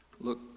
look